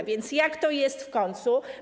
A więc jak to jest w końcu?